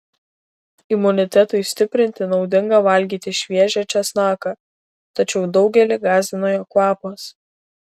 imunitetui stiprinti naudinga valgyti šviežią česnaką tačiau daugelį gąsdina jo kvapas